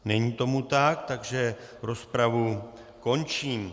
Není tomu tak, takže rozpravu končím.